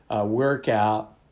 workout